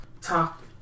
talk